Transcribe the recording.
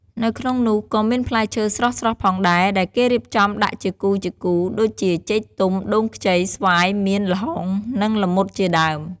នៅក្នុងនោះក៏មានផ្លែឈើស្រស់ៗផងដែរ ដែលគេរៀបចំដាក់ជាគូៗ ដូចជា ចេកទុំ ដូងខ្ចី ស្វាយ មៀន ល្ហុង និង ល្មុតជាដើម។